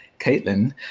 Caitlin